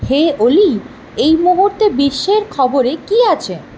হে ওলি এই মুহূর্তে বিশ্বের খবরে কী আছে